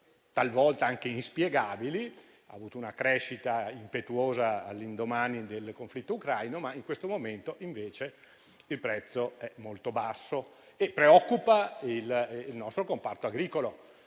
talvolta anche inspiegabili: ha avuto una crescita impetuosa all'indomani del conflitto ucraino, ma in questo momento invece il prezzo è molto basso e preoccupa il nostro comparto agricolo.